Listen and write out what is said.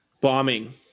Bombing